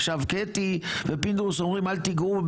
עכשיו קטי ופינדרוס אומרים אל תיגעו,